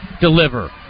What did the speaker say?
deliver